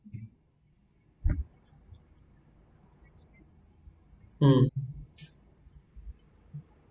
um